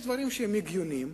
יש דברים שהם הגיוניים,